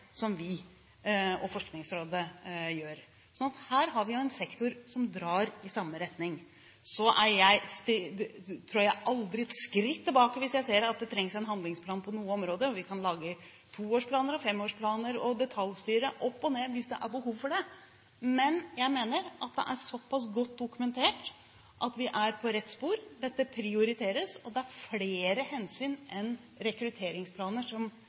vi og Forskningsrådet gjør, slik at her har vi en sektor som drar i samme retning. Så trår jeg aldri et skritt tilbake hvis jeg ser at det trengs en handlingsplan på noe område. Vi kan lage toårsplaner og femårsplaner og detaljstyre opp og ned hvis det er behov for det, men jeg mener at det er såpass godt dokumentert at vi er på rett spor. Dette prioriteres, og det er flere hensyn enn rekrutteringsplaner vi må ta for å sikre oss flere doktorgrader framover. Replikkordskiftet er omme. De talere som